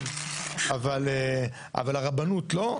אבל לרבנות לא,